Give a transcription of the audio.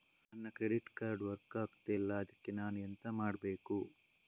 ನನ್ನ credit card work ಆಗ್ತಿಲ್ಲ ಅದ್ಕೆ ನಾನು ಎಂತ ಮಾಡಬೇಕು?